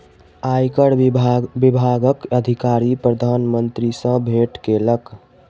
आयकर विभागक अधिकारी प्रधान मंत्री सॅ भेट केलक